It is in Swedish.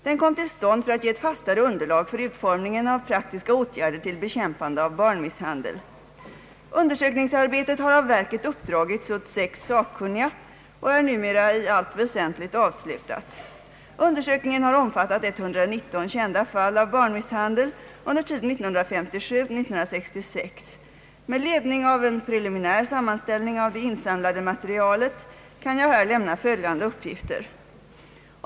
Den kom till stånd för att ge ett fastare underlag för utformningen av praktiska åtgärder till bekämpande av barnmisshandel. Undersökningsarbetet har av verket uppdragits åt sex sakkunniga och är numera i allt väsentligt avslutat. Undersökningen har omfattat 119 kända fall av barnmisshandel under tiden 1957—1966. Med ledning av en preliminär sammanställning av det insamlade materialet kan jag här lämna följande uppgifter.